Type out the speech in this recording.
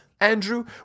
Andrew